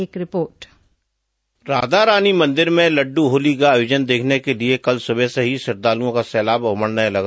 एक रिपोर्ट राधा रानी मन्दिर में लड़डू होली का आयोजन देखने के लिए कल सुबह से श्रद्धालुओं का सैलाब उमड़ने लगा